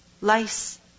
Lice